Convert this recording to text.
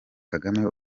kagame